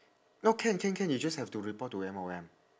no can can can you just have to report to M_O_M